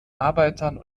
arbeitern